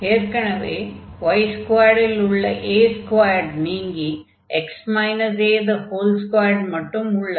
ஏற்கனவே y2 ல் உள்ள a2 நீங்கி x a2 மட்டும் உள்ளது